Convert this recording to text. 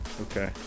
okay